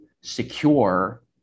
secure